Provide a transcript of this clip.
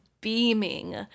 beaming